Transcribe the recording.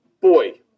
boy